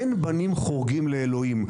אין בנים חורגים לאלוהים.